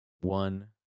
one